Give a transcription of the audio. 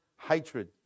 hatred